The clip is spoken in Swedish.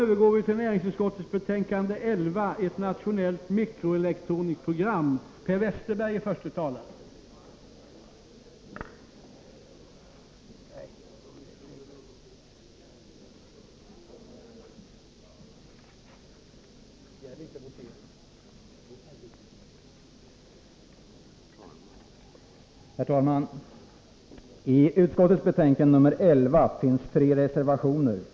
Herr talman! I näringsutskottets betänkande nr 11 finns tre reservationer.